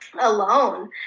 alone